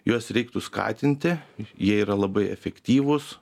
juos reiktų skatinti jie yra labai efektyvūs